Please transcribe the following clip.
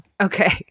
okay